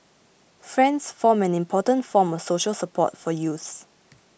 friends form an important form of social support for youths